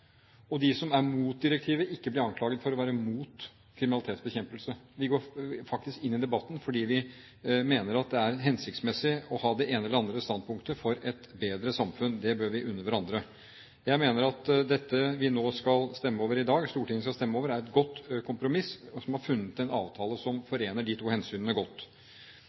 og de som er imot direktivet, ikke blir anklaget for å være imot kriminalitetsbekjempelse. Vi går faktisk inn i debatten fordi vi mener at det er hensiktsmessig å ha det ene eller andre standpunktet for et bedre samfunn. Det bør vi unne hverandre. Jeg mener at dette som Stortinget nå skal stemme over i dag, er et godt kompromiss som har funnet en avtale som forener de to hensynene godt,